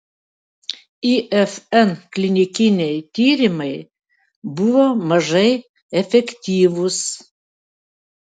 ifn klinikiniai tyrimai buvo mažai efektyvūs